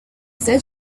said